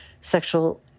sexual